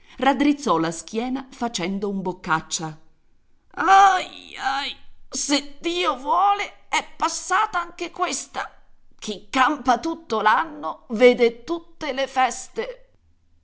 raddrizzò la schiena facendo un boccaccia ahi ahi se dio vuole è passata anche questa chi campa tutto l'anno vede tutte le feste